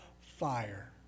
fire